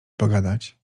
pogadać